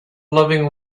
loving